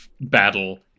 battle